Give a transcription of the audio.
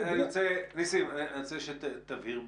אני רוצה שתבהיר בדיוק.